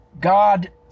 God